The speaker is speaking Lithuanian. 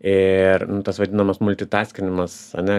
ir tas vadinamas multitaskinimas ane